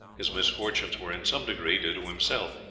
his misfortunes were in some degree due to himself,